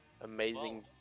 Amazing